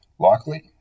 Likely